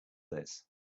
this